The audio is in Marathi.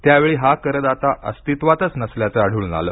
त्यावेळी हा करदाता अस्तित्वातच नसल्याचं आढळून आलं